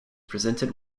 presented